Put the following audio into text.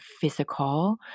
physical